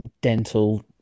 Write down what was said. dental